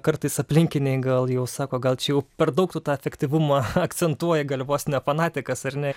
kartais aplinkiniai gal jau sako gal čiau per daug tu tą efektyvumą akcentuoja gali vos ne fanatikas ar ne